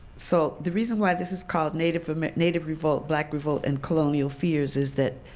so the reason why this is called native ah native revolt, black revolt and colonial fears, is that,